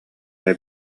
эрэ